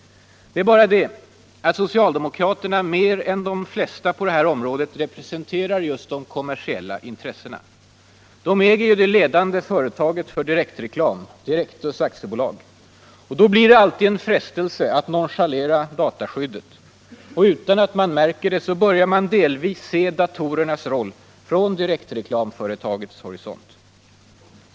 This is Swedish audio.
Det är bara det att socialdemokraterna mer än de flesta på det här området representerar just ”de kommersiella intressena”. De äger ju det ledande företaget för direktreklam, Direktus AB. Då blir det alltid en frestelse att nonchalera dataskyddet. Utan att man märker det börjar man delvis se datorernas roll från direktreklamföretagets horisont.